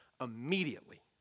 immediately